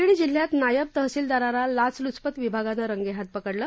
बीड जिल्ह्यात नायब तहसीलदाराला लाचलुचपत विभागानं रंगेहाथ पकडलं